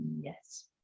yes